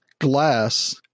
glass